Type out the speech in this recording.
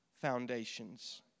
foundations